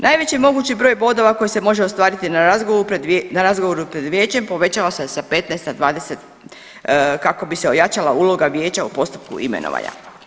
Najveći mogući broj bodova koji se može ostvariti na razgovoru pred vijećem povećava se sa 15 na 20 kako bi se ojačala uloga vijeća u postupku imenovanja.